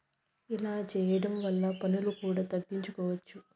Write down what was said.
ఇలా చేయడం వల్ల పన్నులు కూడా తగ్గించుకోవచ్చు